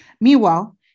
Meanwhile